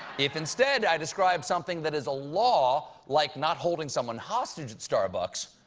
if instead i describe something that is a law, like not holding someone hostage in starbucks,